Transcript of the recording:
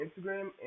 Instagram